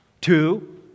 Two